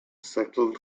settled